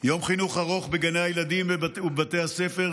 יום חינוך ארוך בגני הילדים ובבתי הספר,